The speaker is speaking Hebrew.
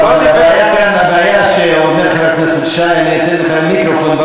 הבעיה היא שאומר חבר הכנסת שי: אני אתן לך מיקרופון.